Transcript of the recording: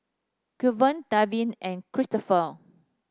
Cleve Delvin and Cristopher